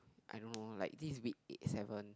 I don't know like this week eight seven